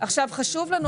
חשוב לנו,